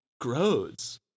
grows